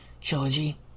trilogy